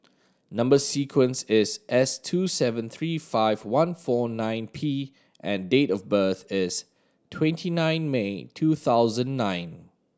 number sequence is S two seven three five one four nine P and date of birth is twenty nine May two thousand nine